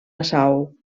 nassau